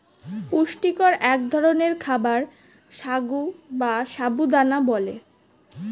পুষ্টিকর এক ধরনের খাবার সাগু বা সাবু দানা বলে